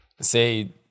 say